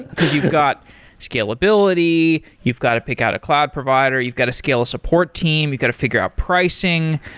because you've got scalability, you've got to pick out a cloud provider, you've got to scale a support team, you've got to figure out pricing.